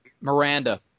Miranda